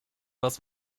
was